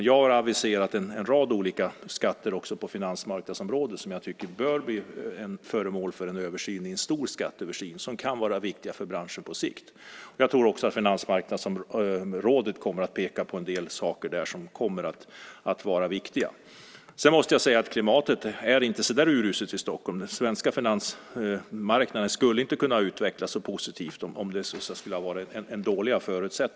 Jag har aviserat en rad olika skatter på finansmarknadsområdet som bör bli föremål för översyn i en stor skatteöversyn. De kan vara viktiga för branschen på sikt. Jag tror också att Finansmarknadsrådet kommer att peka på en del saker där som kommer att vara viktiga. Sedan måste jag säga att klimatet i Stockholm inte är så uruselt. Svenska finansmarknaden skulle inte ha kunnat utvecklas så positivt om förutsättningarna skulle ha varit så dåliga.